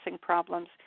problems